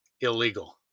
illegal